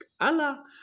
Allah